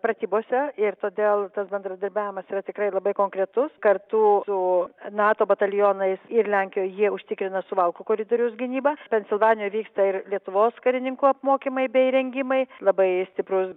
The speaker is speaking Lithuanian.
pratybose ir todėl tas bendradarbiavimas yra tikrai labai konkretus kartu su nato batalionais ir lenkijoje jie užtikrina suvalkų koridoriaus gynybą pensilvanijoj vyksta ir lietuvos karininkų apmokymai bei įrengimai labai stiprus